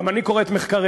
גם אני קורא את מחקריהם.